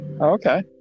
okay